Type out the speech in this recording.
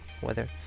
weather